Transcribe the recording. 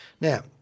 Now